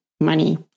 money